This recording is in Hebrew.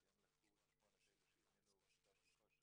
כי הם לקחו בחשבון את אלו שהזמינו "ספיישל קושר",